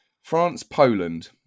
France-Poland